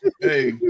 Hey